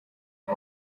aya